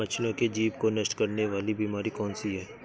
मछलियों के जीभ को नष्ट करने वाली बीमारी कौन सी है?